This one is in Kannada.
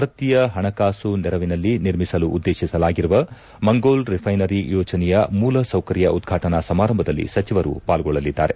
ಭಾರತೀಯ ಹಣಕಾಸು ನೆರವಿನಲ್ಲಿ ನಿರ್ಮಿಸಲು ಉದ್ಗೇತಿಸಲಾಗಿರುವ ಮಂಗೋಲ್ ರಿಫ್ಟೆನರಿ ಯೋಜನೆಯ ಮೂಲ ಸೌಕರ್್ಯ ಉದ್ವಾಟನಾ ಸಮಾರಂಭದಲ್ಲಿ ಸಚಿವರು ಪಾಲ್ಗೊಳ್ಳಲಿದ್ದಾರೆ